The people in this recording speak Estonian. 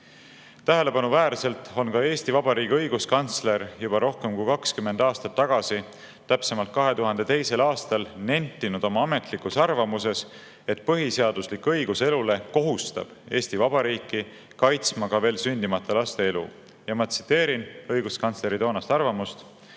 Tähelepanuväärselt on ka Eesti Vabariigi õiguskantsler juba rohkem kui 20 aastat tagasi, täpsemalt 2002. aastal nentinud oma ametlikus arvamuses, et põhiseaduslik õigus elule kohustab Eesti Vabariiki kaitsma ka veel sündimata laste elu. Ma tsiteerin õiguskantsleri toonast arvamust: